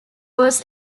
was